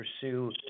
pursue